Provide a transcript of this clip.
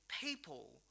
people